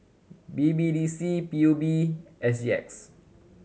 B B D C P U B S G X